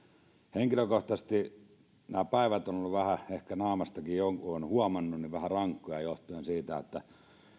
henkilökohtaisesti nämä päivät ovat olleet vähän ehkä naamastakin joku on huomannut vähän rankkoja johtuen siitä että